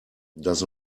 does